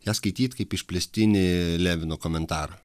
ją skaityt kaip išplėstinį levino komentarą